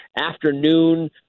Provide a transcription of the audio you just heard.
afternoon